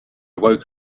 woke